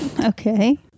Okay